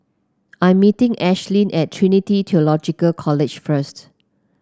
I'm meeting Ashlynn at Trinity Theological College first